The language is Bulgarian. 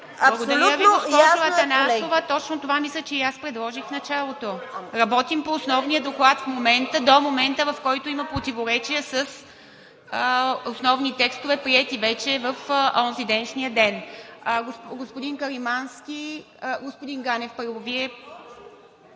Абсолютно ясно е, колеги.